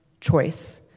choice